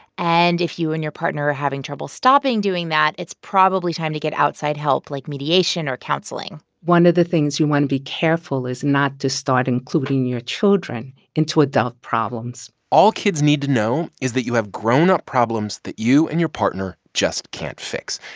and if you and your partner are having trouble stopping doing that, it's probably time to get outside help, like mediation or counseling one of the things you want to be careful is not to start including your children into adult problems all kids need to know is that you have grown-up problems that you and your partner just can't fix,